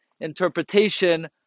interpretation